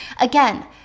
Again